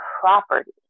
property